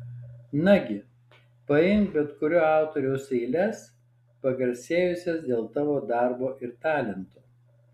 nagi paimk bet kurio autoriaus eiles pagarsėjusias dėl tavo darbo ir talento